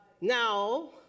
Now